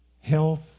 health